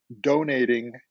donating